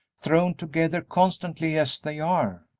thrown together constantly as they are.